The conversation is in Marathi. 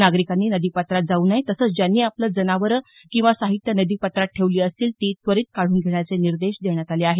नागरिकांनी नदीपात्रात जाऊ नये तसंच ज्यांनी आपली जनावरं किंवा साहित्य नदीपात्रात ठेवली असतील ती त्वरीत काढून घेण्याचे निर्देश देण्यात आले आहेत